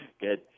Good